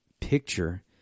picture